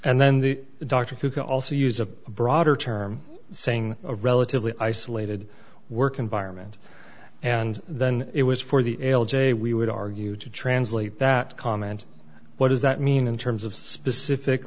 and then the doctor who can also use a broader term saying a relatively isolated work environment and then it was for the l j we would argue to translate that comment what does that mean in terms of specific